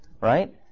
right